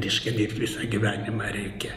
reiškia dirbt visą gyvenimą reikia